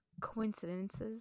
coincidences